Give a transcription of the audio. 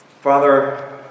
Father